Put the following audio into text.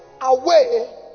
away